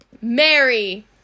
Mary